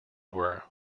were